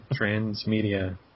Transmedia